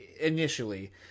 initially